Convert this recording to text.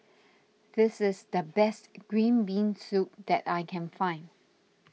this is the best Green Bean Soup that I can find